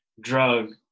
drug